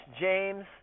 James